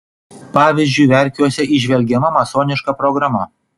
pavyzdžiui verkiuose įžvelgiama masoniška programa